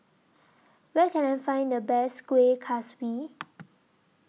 Where Can I Find The Best Kueh Kaswi